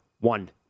One